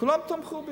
כולם תמכו בי.